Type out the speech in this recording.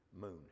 Moon